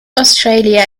australia